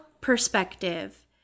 perspective